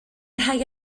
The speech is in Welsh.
rhai